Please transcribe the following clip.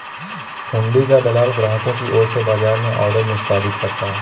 हुंडी का दलाल ग्राहकों की ओर से बाजार में ऑर्डर निष्पादित करता है